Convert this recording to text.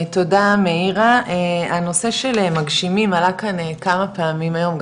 תודה מאירה הנושא של מגשימים עלה כאן כמה פעמים היום,